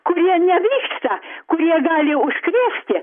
kurie negrįžta kurie gali užsikrėsti